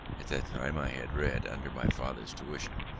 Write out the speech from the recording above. at that time i had read, under my father's tuition,